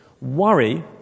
worry